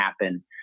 happen